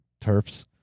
turfs